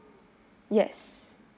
yes